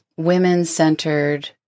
women-centered